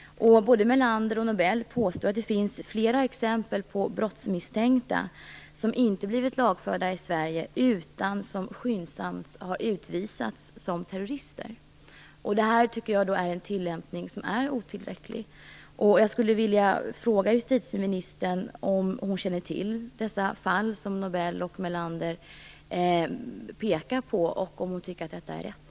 Melander och Nobel påstår att det finns flera exempel på brottsmisstänkta som inte blivit lagförda i Sverige utan skyndsamt har utvisats som terrorister. Det här tycker jag är en tillämpning som är otillräcklig. Jag skulle vilja fråga justitieministern om hon känner till dessa fall som Melander och Nobel pekar på och om hon tycker att detta är rätt.